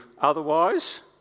otherwise